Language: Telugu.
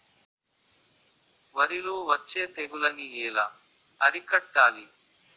వరిలో వచ్చే తెగులని ఏలా అరికట్టాలి?